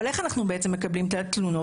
אבל, איך אנחנו בעצם מקבלים את התלונות?